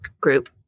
group